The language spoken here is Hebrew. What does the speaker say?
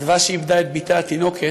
אדווה, שאיבדה את בתה התינוקת,